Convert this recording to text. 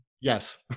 Yes